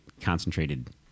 concentrated